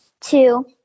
two